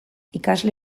ikasle